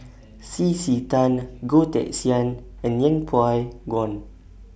C C Tan Goh Teck Sian and Yeng Pway Ngon